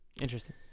Interesting